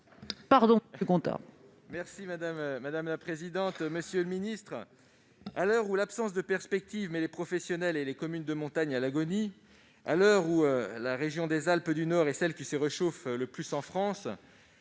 interactif, la parole est à M. Guillaume Gontard. À l'heure où l'absence de perspectives met les professionnels et les communes de montagne à l'agonie, à l'heure où la région des Alpes du Nord est celle qui se réchauffe le plus en France,